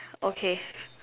okay